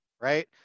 right